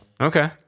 Okay